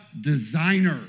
designer